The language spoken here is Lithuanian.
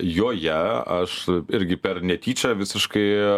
joje aš irgi per netyčia visiškai